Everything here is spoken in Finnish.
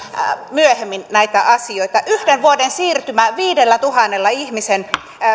myöhemmin näitä asioita yhden vuoden siirtymä viidentuhannen ihmisen